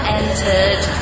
entered